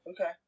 Okay